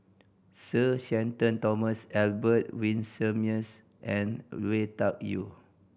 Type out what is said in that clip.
Sir Shenton Thomas Albert Winsemius and Lui Tuck Yew